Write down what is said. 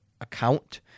account